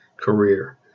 Career